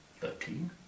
thirteen